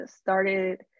started